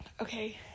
Okay